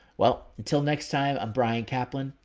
well. until next time, i'm bryan caplan.